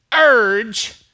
urge